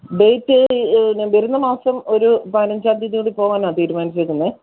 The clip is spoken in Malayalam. ഡേറ്റ് ഇനി വരുന്ന മാസം ഒരു പതിനഞ്ചാം തീയതിയിൽ പോകാനാണ് തീരുമാനിച്ചിരിക്കുന്നത്